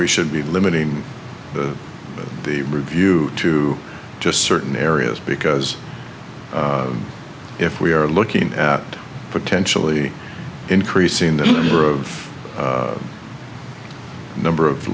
we should be limiting the review to just certain areas because if we are looking at potentially increasing the number of a number of